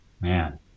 Man